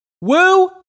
Woo